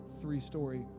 three-story